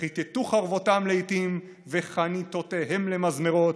"וכתתו חרבותם לאתים וחניתותיהם למזמרות,